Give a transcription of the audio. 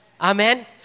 Amen